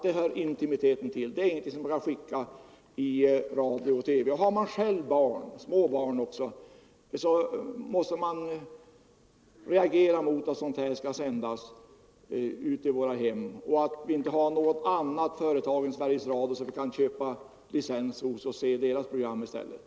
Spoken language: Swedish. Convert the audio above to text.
Det hör intimiteten till, det är ingenting som kan sändas i radio och TV. Har man själv barn — också små barn - måste man reagera mot att sådant skall sändas ut till våra hem och att vi inte har något annat företag än Sveriges Radio som vi kan köpa licens hos för att se deras program i stället.